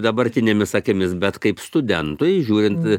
dabartinėmis akimis bet kaip studentui žiūrint